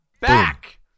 back